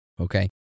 Okay